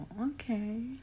okay